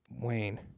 Wayne